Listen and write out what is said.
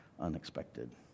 unexpected